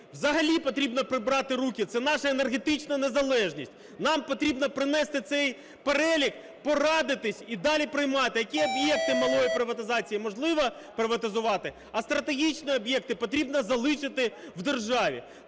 взагалі потрібно прибрати руки, це наша енергетична незалежність. Нам потрібно принести цей перелік, порадитись і далі приймати, які об'єкти малої приватизації можливо приватизувати, а стратегічні об'єкти потрібно залишити в державі.